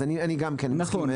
אז אני גם כן מסכים.